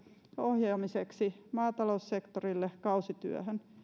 ohjaamiseksi maataloussektorille kausityöhön